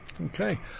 Okay